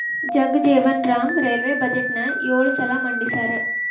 Jagjivan Ram railway ಬಜೆಟ್ನ ಯೊಳ ಸಲ ಮಂಡಿಸ್ಯಾರ